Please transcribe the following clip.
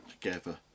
together